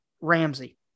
Ramsey